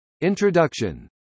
Introduction